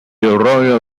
arroyo